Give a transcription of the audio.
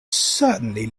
certainly